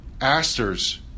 asters